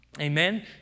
Amen